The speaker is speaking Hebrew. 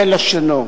זה לשונו: